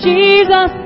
Jesus